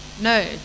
no